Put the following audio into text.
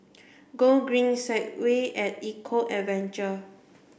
Gogreen Segway at Eco Adventure